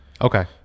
okay